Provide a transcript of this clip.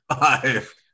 Five